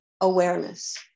awareness